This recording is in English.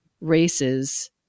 race's